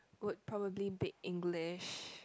would probably be English